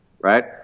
right